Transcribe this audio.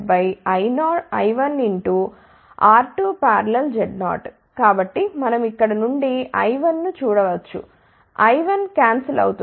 k I1ZAI1R2Z0 కాబట్టి మనం ఇక్కడ నుండి I1ను చూడ వచ్చు I1 క్యాన్సల్ అవుతుంది